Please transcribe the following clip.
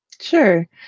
Sure